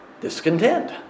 discontent